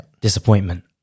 disappointment